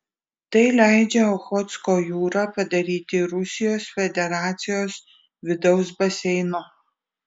tai leidžia ochotsko jūrą padaryti rusijos federacijos vidaus baseinu